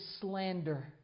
slander